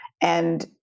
And-